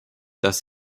dass